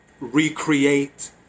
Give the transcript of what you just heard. recreate